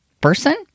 person